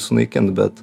sunaikint bet